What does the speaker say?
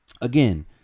Again